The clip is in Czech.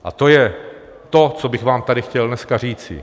A to je to, co bych vám tady chtěl dneska říci.